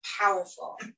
powerful